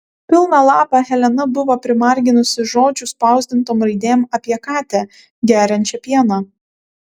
pilną lapą helena buvo primarginusi žodžių spausdintom raidėm apie katę geriančią pieną